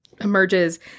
emerges